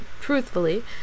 truthfully